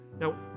Now